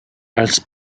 als